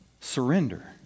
surrender